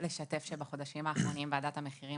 לשתף שבחודשים האחרונים ועדת המחירים